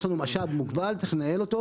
יש לנו משאב מוגבל, צריך לנהל אותו